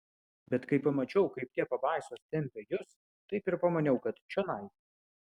bet kai pamačiau kaip tie pabaisos tempia jus taip ir pamaniau kad čionai